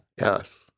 Yes